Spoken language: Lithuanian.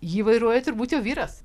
jį vairuoja turbūt jau vyras